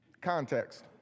Context